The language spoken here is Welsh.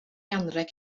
anrheg